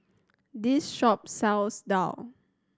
this shop sells daal